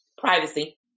Privacy